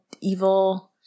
evil